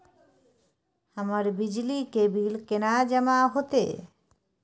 हमर बिजली के बिल केना जमा होते?